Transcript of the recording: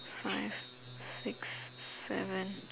five six seven